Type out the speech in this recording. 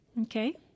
Okay